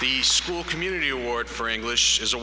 the school community award for english is a